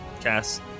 cast